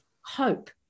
hope